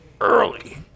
Early